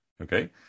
okay